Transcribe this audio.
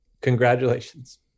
Congratulations